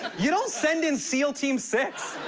you don't send in seal team six.